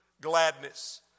gladness